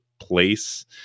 place